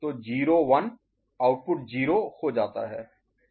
तो 0 1 आउटपुट 0 हो जाता है